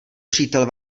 přítel